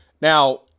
Now